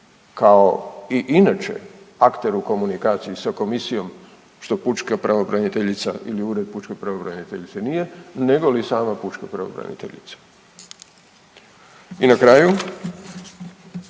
kao i inače akter u komunikaciji sa Komisijom, što pučka pravobraniteljica ili Ured pučke pravobraniteljice nije nego li sama pučka pravobraniteljica. I na kraju,